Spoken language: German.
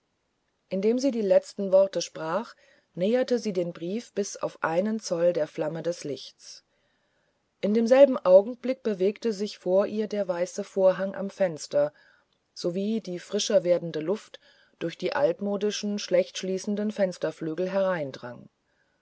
indem sie die letzten worte sprach näherte sie den brief bis auf einen zoll der flammedeslichts indemselbenaugenblickbewegtesichvorihrderweißevorhang am fenster sowie die frischer werdende luft durch die altmodischen schlecht schließenden fensterflügel